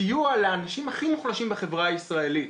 סיוע לאנשים הכי מוחלשים בחברה הישראלית.